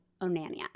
Onania